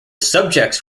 subjects